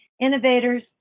innovators